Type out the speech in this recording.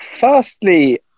Firstly